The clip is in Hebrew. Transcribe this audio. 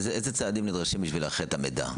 איזה צעדים נדרשים בשביל לאחד את המידע?